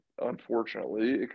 unfortunately